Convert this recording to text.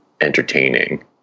entertaining